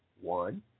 One